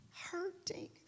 hurting